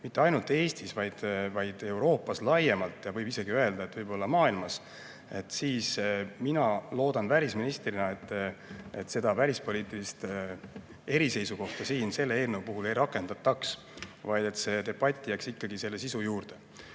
mitte ainult Eestis, vaid Euroopas laiemalt ja võib isegi öelda, et võib-olla maailmas, siis mina loodan välisministrina, et seda välispoliitilist eriseisukohta siin selle eelnõu puhul ei rakendata, vaid debatt jääb ikkagi selle sisu juurde.